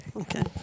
Okay